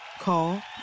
Call